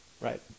Right